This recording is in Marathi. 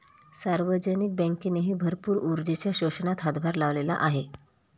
सार्वजनिक बँकेनेही भरपूर ऊर्जेच्या पोषणात हातभार लावलेला आहे